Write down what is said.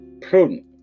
prudent